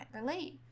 relate